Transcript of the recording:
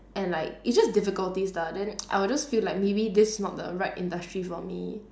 and like it's just difficulties lah then I'll just feel like maybe this is not the right industry for me